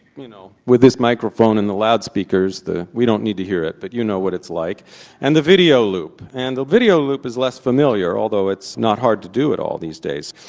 you know, with this microphone and the loudspeakers, we don't need to hear it, but you know what it's like and the video loop, and the video loop is less familiar, although it's not hard to do at all these days.